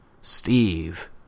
Steve